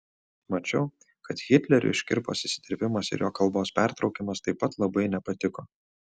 mačiau kad hitleriui škirpos įsiterpimas ir jo kalbos pertraukimas taip pat labai nepatiko